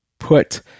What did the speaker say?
Put